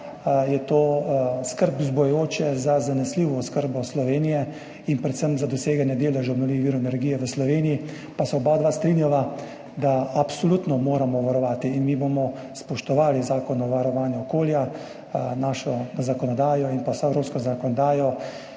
je to skrb vzbujajoče za zanesljivo oskrbo Slovenije in predvsem za doseganje deležev obnovljivih virov energije v Sloveniji. Pa se oba strinjava, da absolutno moramo varovati, in mi bomo spoštovali Zakon o varovanju okolja, našo zakonodajo in vso evropsko zakonodajo.